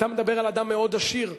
אתה מדבר על אדם מאוד עשיר.